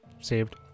saved